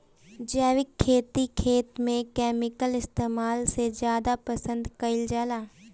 जैविक खेती खेत में केमिकल इस्तेमाल से ज्यादा पसंद कईल जाला